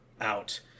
out